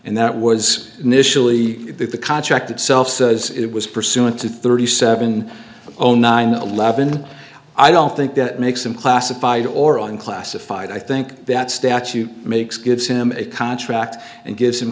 and that was initially the contract itself says it was pursuant to thirty seven zero nine eleven i don't think that makes him classified or on classified i think that statute makes gives him a contract and gives him